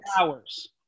hours